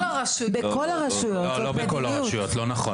הרשויות המקומיות חוות התמודדות מאוד